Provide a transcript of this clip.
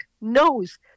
knows